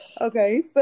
okay